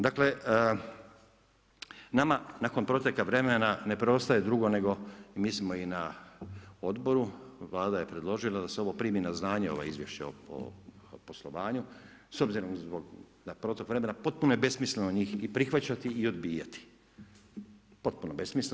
Dakle, nama nakon proteka vremena ne preostaje drugo nego mislim i na odboru, Vlada je predložila da se ovo primi na znanje, ovo izvješće o poslovanju, s obzirom zbog na protok vremena potpuno je besmisleno njih i prihvaća i obijati, potpuno besmisleno.